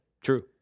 True